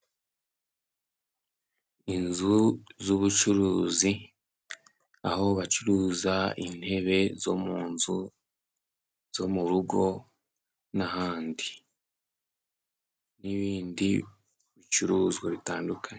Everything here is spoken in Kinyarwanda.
Inzu z'ubucuruzi aho bacuruza intebe zo mu nzu, zo mu rugo n'ahandi n'ibindi bicuruzwa bitandukanye.